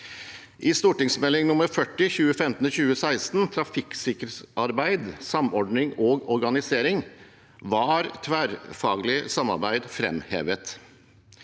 I Meld. St. 40 for 2015–2016, Trafikksikkerhetsarbeidet – samordning og organisering, var tverrfaglig samarbeid framhevet.